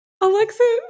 Alexis